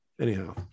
Anyhow